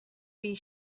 bhí